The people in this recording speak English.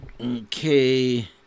Okay